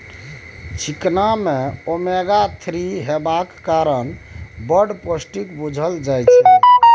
चिकना मे omega three हेबाक कारणेँ बड़ पौष्टिक बुझल जाइ छै